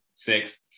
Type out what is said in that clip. Six